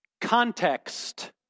Context